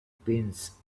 pins